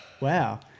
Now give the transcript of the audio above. Wow